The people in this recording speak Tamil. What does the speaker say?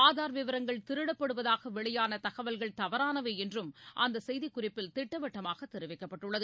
ஆதார் விவரங்கள் திருடப்படுவதாக வெளியான தகவல்கள் தவறானவை என்றும் அந்த செய்திக்குறிப்பில் திட்டவட்டமாக தெரிவிக்கப்பட்டுள்ளது